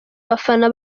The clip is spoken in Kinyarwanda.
abafana